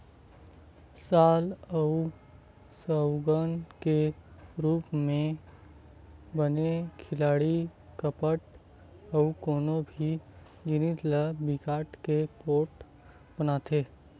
साल अउ सउगौन के रूख ले बने खिड़की, कपाट अउ कोनो भी जिनिस ह बिकट के पोठ बनथे